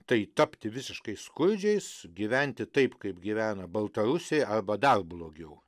tai tapti visiškai skurdžiais sugyventi taip kaip gyvena baltarusiai arba dar blogiau